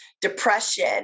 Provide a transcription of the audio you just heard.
depression